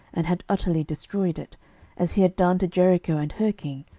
and had utterly destroyed it as he had done to jericho and her king,